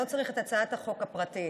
אני לא צריך את הצעת החוק הפרטית.